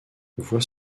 vois